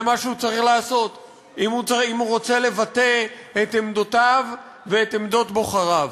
זה מה שהוא צריך לעשות אם הוא רוצה לבטא את עמדותיו ואת עמדות בוחריו.